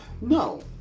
No